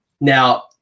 Now